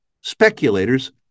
speculators